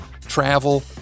travel